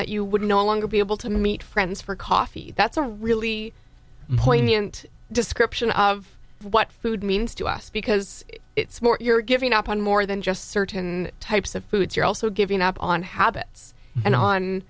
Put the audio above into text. that you would no longer be able to meet friends for coffee that's a really poignant description of what food means to us because you're giving up on more than just certain types of foods you're also giving up on habits and on